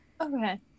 okay